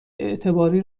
اعتباری